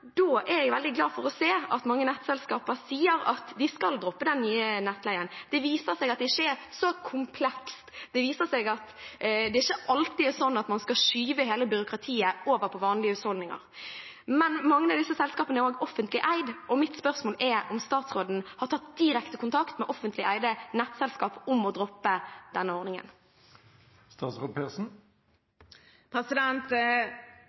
Da er jeg veldig glad for å se at mange nettselskaper sier at de skal droppe den nye nettleien. Det viser seg at det ikke er så komplekst. Det viser seg at det ikke alltid er sånn at man skal skyve hele byråkratiet over på vanlige husholdninger. Mange av disse selskapene er også offentlig eid, og mitt spørsmål er om statsråden har tatt direkte kontakt med offentlig eide nettselskaper om å droppe denne